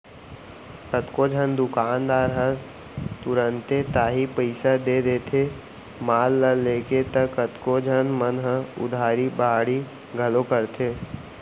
कतको झन दुकानदार ह तुरते ताही पइसा दे देथे माल ल लेके त कतको झन मन ह उधारी बाड़ही घलौ करथे